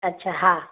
अच्छा हा